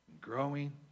growing